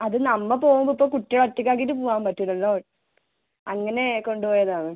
അത് നമ്മൾ പോവുമ്പോൾ ഇപ്പോൾ കുട്ടിയെ ഒറ്റയ്ക്ക് ആക്കീട്ട് പോവാൻ പറ്റൂല്ലല്ലോ അങ്ങനെ കൊണ്ട് പോയത് ആണ്